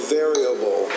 variable